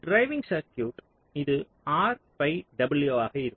driving சர்க்யூட்டில் இது R by W ஆக இருக்கும்